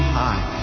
high